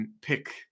pick